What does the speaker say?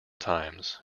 times